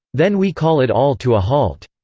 then we call it all to a halt.